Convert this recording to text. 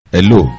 Hello